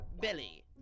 belly